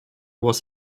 was